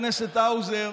חשבתי שאנחנו דווקא בסדר,